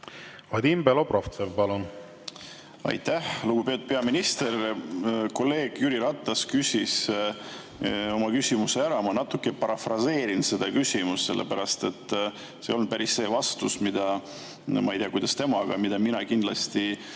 Vadim Belobrovtsev, palun! Aitäh, lugupeetud peaminister! Kolleeg Jüri Ratas küsis oma küsimuse ära. Ma natuke parafraseerin seda küsimust, sellepärast et teie vastus ei olnud päris see, mida – ma ei tea, kuidas tema, aga mina kindlasti